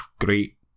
great